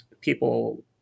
people